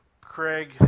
Craig